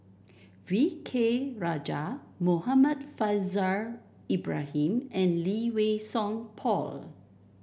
V K Rajah Muhammad Faishal Ibrahim and Lee Wei Song Paul